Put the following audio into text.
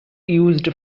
used